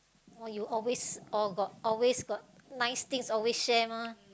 oh you always oh got always got nice things always share mah